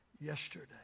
yesterday